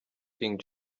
king